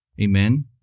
amen